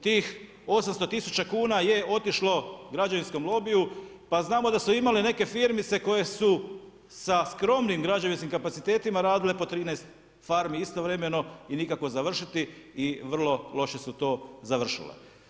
Tih 800 tisuća kuna je otišlo građevinskom lobiju, a znamo da su imale neke firmice koje su sa skromnim građevinskim kapacitetima radile po 13 farmi istovremeno i nikako završiti i vrlo loše su to završile.